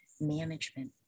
management